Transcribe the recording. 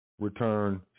return